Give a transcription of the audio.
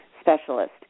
specialist